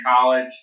college